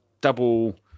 double